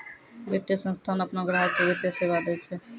वित्तीय संस्थान आपनो ग्राहक के वित्तीय सेवा दैय छै